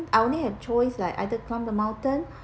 I only have choice like either climb the mountain